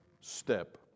step